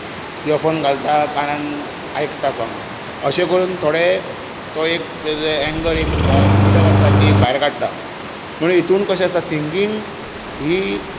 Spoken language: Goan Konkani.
इयर फॉन घालतात कानांत आयकतात सोंग अशे करून थोडे तो एक एंगर ती एक तिडक आसता ती भायर काडटा म्हणून हातूंत कशें आसता सिंगींग ही